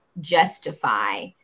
justify